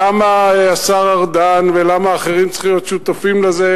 למה השר ארדן ולמה אחרים צריכים להיות שותפים לזה?